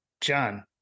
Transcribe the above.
John